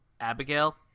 Abigail